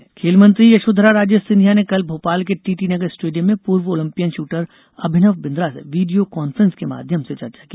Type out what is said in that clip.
खेल मंत्री खेल मंत्री यशोधरा राजे सिंधिया ने कल भोपाल के टीटी नगर स्टेडियम में पूर्व ओलम्पियन शूटर अभिनव बिन्द्रा से वीडियो कॉन्फ्रेंस के माध्यम से चर्चा की